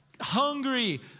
hungry